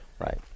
Right